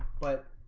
but